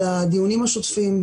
על הדיונים השוטפים.